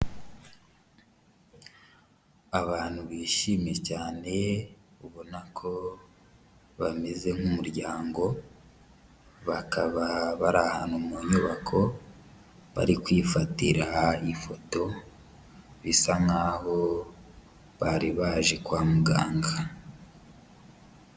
Abantu bishimye cyane ubona ko bameze nk'umuryango, bakaba bari ahantu mu nyubako bari kwifatira ifoto, bisa nk'aho bari baje kwa muganga.